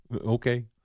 Okay